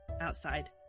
outside